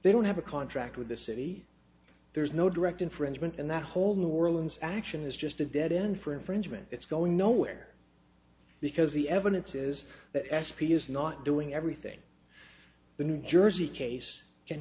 they don't have a contract with the city there's no direct infringement and that whole new orleans action is just a dead end for infringement it's going nowhere because the evidence is that s p is not doing everything the new jersey case can